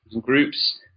groups